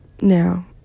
Now